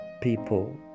people